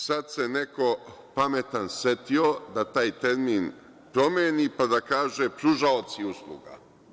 Sada se neko pametan setio da taj termin promeni pa da kaže – pružaoci usluga.